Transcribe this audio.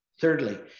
Thirdly